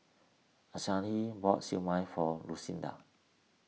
Anahi bought Siew Mai for Lucinda